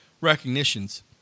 recognitions